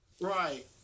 Right